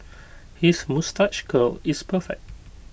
his moustache curl is perfect